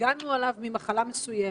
שהגנו עליו ממחלה מסוימת.